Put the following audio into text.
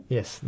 Yes